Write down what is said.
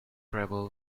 travel